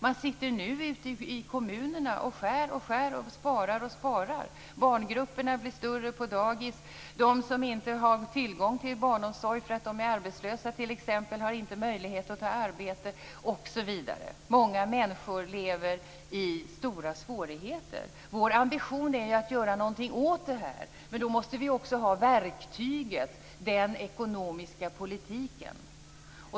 Man sitter nu ute i kommunerna och skär och skär, och sparar och sparar. Barngrupperna blir större på dagis. De som inte har tillgång till barnomsorg för att de är arbetslösa har inte möjlighet att ta arbete, osv. Många människor lever i stora svårigheter. Vår ambition är att göra någonting åt det. Men då måste vi också ha verktyget, den ekonomiska politiken.